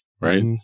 Right